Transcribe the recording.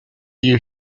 you